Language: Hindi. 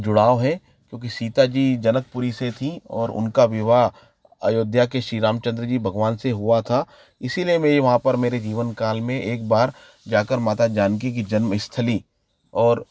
जुड़ाव है क्योंकि सीता जी जनकपुरी से थी और उनका विवाह अयोध्या के श्री रामचन्द्र जी भगवान से हुआ था इसीलिए मेरी वहाँ पर मेरी जीवन काल में एक बार जाकर माता जानकी की जन्म स्थली और